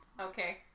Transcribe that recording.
Okay